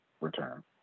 return